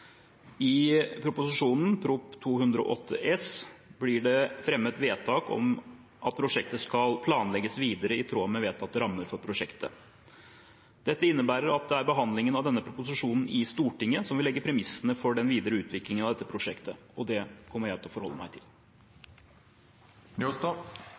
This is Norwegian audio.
Prop. 208 S for 2020–2021 blir det fremmet vedtak om at prosjektet skal planlegges videre i tråd med vedtatte rammer for prosjektet. Dette innebærer at det er behandlingen av denne proposisjonen i Stortinget som vil legge premissene for den videre utviklingen av dette prosjektet. Det kommer jeg til å forholde meg